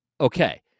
okay